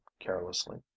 carelessly